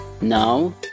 now